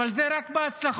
אבל זה רק בהצלחות.